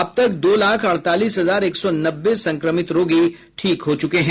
अब तक दो लाख अड़तालीस हजार एक सौ नब्बे संक्रमित रोगी ठीक हो चुके हैं